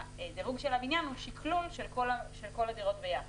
הדירוג של הבניין הוא שקלול של כל הדירות ביחד.